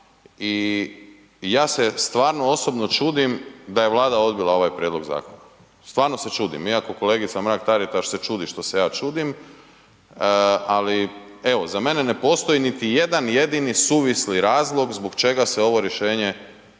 i ja se stvarno osobno čudim da je Vlada odbila ovaj prijedlog zakona, stvarno se čudim iako kolegica Mrak-Taritaš se čudi što se ja čudim, ali evo za mene ne postoji niti jedan jedini suvisli razlog zbog čega se ovo rješenje